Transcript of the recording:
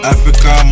Africa